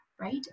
right